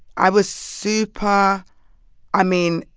i was super i mean,